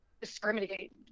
discriminate